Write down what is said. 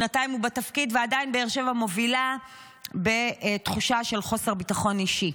שנתיים הוא בתפקיד ועדיין באר שבע מובילה בתחושה של חוסר ביטחון אישי.